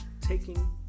taking